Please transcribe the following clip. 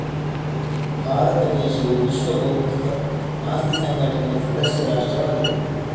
ಭಾರತ ದೇಶವು ವಿಶ್ವ ಬೌದ್ಧಿಕ ಆಸ್ತಿ ಸಂಘಟನೆಯ ಸದಸ್ಯ ರಾಷ್ಟ್ರವಾಗಿದೆ